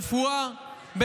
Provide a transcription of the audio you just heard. הרפואה,